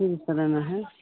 तीन सए देना है